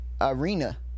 arena